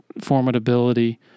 formidability